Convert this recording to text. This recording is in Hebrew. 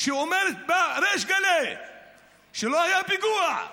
שאומרת בריש גלי שלא היה פיגוע.